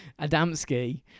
Adamski